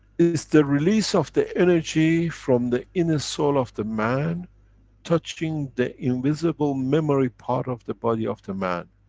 it's the release of the energy from the inner soul of the man touching the invisible memory part of the body of the man.